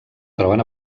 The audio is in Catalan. troben